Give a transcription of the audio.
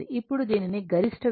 ఇప్పుడుదీని గరిష్ట విలువ 5 √ 2 7